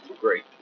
great